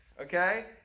Okay